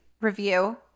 review